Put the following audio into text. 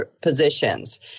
positions